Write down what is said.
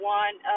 one